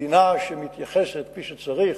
כמדינה שמתייחסת כפי שצריך,